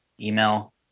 email